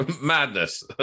madness